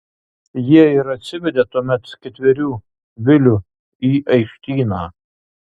jie ir atsivedė tuomet ketverių vilių į aikštyną